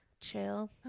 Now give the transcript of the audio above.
chill